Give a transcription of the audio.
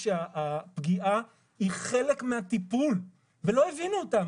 שהפגיעה היא חלק מהטיפול ולא הבינו אותם,